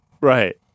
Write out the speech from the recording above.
Right